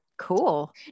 Cool